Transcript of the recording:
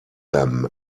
them